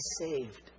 saved